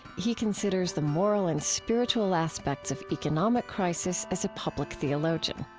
he considers the moral and spiritual aspects of economic crisis as a public theologian.